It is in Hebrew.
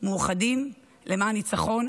מאוחדים למען ניצחון